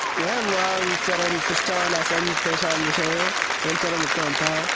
एवम् अहं सर्वं पृष्टवान् आसन् तेषां विषये एवं सर्वम् उक्तवन्तः